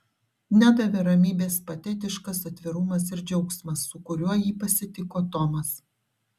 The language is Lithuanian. nedavė ramybės patetiškas atvirumas ir džiaugsmas su kuriuo jį pasitiko tomas